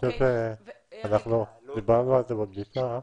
רוצה להגיד עוד משהו.